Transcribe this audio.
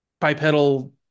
bipedal